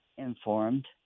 informed